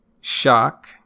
shock